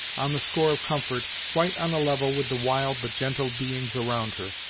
on the score of comfort, quite on a level with the wild but gentle beings around her.